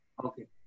Okay